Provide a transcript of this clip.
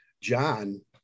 John